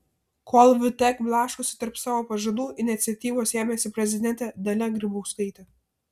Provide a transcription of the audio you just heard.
kol vtek blaškosi tarp savo pažadų iniciatyvos ėmėsi prezidentė dalia grybauskaitė